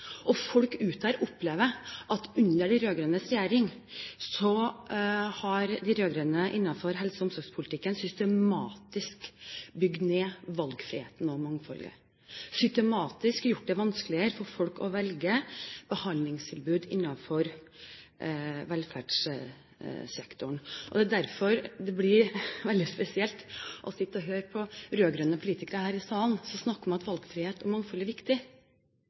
Og folk der ute opplever at under de rød-grønnes regjering har de rød-grønne innenfor helse- og omsorgspolitikken systematisk bygd ned valgfriheten og mangfoldet og systematisk gjort det vanskeligere for folk å velge behandlingstilbud innenfor velferdssektoren. Det er derfor det blir veldig spesielt å sitte og høre på rød-grønne politikere her i salen som snakker om at valgfrihet og mangfold er viktig,